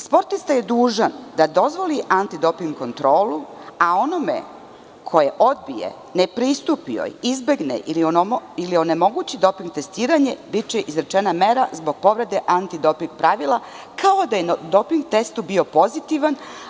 Sportista je dužan da dozvoli antidoping kontrolu, a onome ko je odbije, ne pristupi joj, izbegne ili ne omogući doping testiranje, biće izrečena mera zbog povrede antidoping pravila, kao da je na doping testu bio pozitivan.